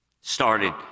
started